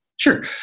Sure